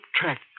track